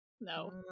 No